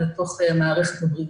ולתוך מערכת הבריאות.